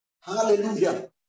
Hallelujah